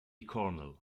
cornell